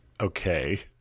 Okay